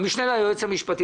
אדוני היושב-ראש,